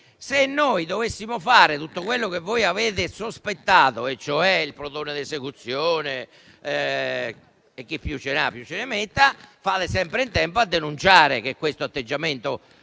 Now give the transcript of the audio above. Se noi dovessimo fare tutto quello che voi avete sospettato, cioè il plotone d'esecuzione e chi più ne ha più ne metta, fate sempre in tempo a denunciare che un simile atteggiamento